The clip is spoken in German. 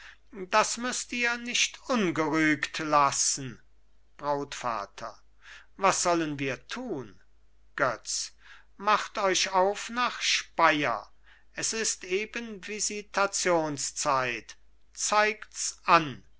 das müßt ihr nicht ungerügt lassen brautvater was sollen wir tun götz macht euch auf nach speier es ist eben visitationszeit zeigt's an